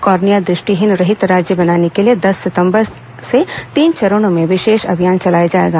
cornea दृष्टिहीन रहित राज्य बनाने के लिए दस सितंबर से तीन चरणों में विशेष अभियान चलाया जाएगा